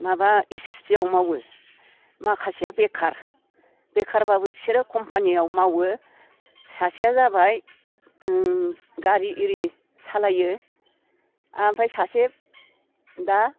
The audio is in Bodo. माबा एस एस बि आव मावो माखासेया बेखार बेखारबाबो बिसोरो कम्पानियाव मावो सासेया जाबाय गारि एरि सालायो ओमफ्राय सासे दा